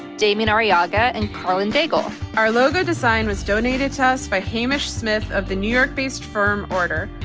damien ariaga, and karlyn daigle. our logo design was donated to us by hamish smith of the new york based firm order.